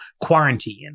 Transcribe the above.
quarantine